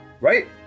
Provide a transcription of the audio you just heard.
right